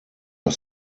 are